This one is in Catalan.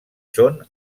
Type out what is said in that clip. són